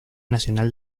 nacional